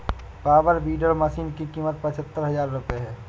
power weeder machine की कीमत पचहत्तर हजार रूपये है